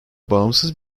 bağımsız